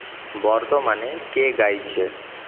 বর্তমানে কে গাইছে